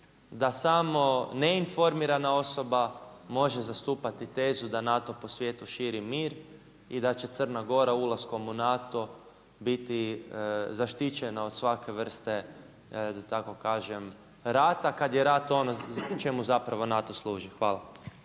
da samo neinformirana osoba može zastupati tezu da NATO po svijetu širi mir i da će Crna Gora ulaskom u NATO biti zaštićena od svake vrste da tako kažem rata kad je rat ono čemu zapravo NATO služi. Hvala.